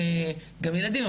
גם ילדים,